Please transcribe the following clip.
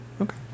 Okay